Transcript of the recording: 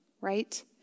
right